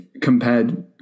compared